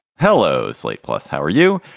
helo's slate plus. how are you?